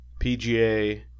PGA